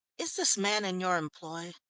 is this man in your employ?